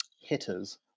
hitters